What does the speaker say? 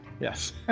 yes